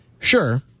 Sure